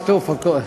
עטוף, עטוף, הכול.